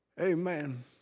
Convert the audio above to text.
Amen